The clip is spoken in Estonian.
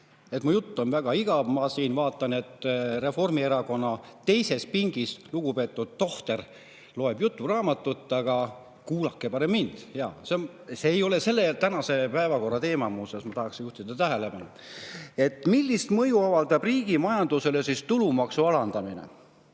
et mu jutt on väga igav, ma siin vaatan, et Reformierakonna teises pingis lugupeetud tohter loeb juturaamatut. Aga kuulake parem mind. See ei ole tänase päevakorra teema, muuseas, ma tahaksin juhtida tähelepanu. Millist mõju avaldab riigi majandusele tulumaksu alandamine?